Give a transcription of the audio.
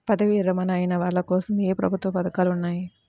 పదవీ విరమణ అయిన వాళ్లకోసం ఏ ప్రభుత్వ పథకాలు ఉన్నాయి?